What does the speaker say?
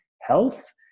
health